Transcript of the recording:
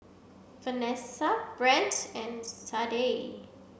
Vanessa Brant and Sadye